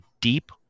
deep